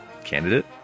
candidate